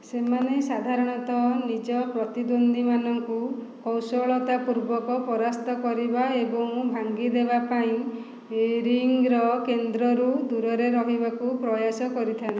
ସେମାନେ ସାଧାରଣତଃ ନିଜ ପ୍ରତିଦ୍ୱନ୍ଦ୍ୱୀମାନଙ୍କୁ କୌଶଳତାପୂର୍ବକ ପରାସ୍ତ କରିବା ଏବଂ ଭାଙ୍ଗିଦେବା ପାଇଁ ରିଙ୍ଗ୍ର କେନ୍ଦ୍ରରୁ ଦୂରରେ ରହିବାକୁ ପ୍ରୟାସ କରିଥାନ୍ତି